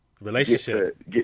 relationship